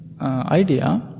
idea